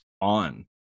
on